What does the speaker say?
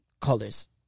colors